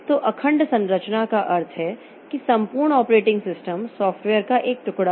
तो अखंड संरचना का अर्थ है कि संपूर्ण ऑपरेटिंग सिस्टम सॉफ्टवेयर का एक टुकड़ा है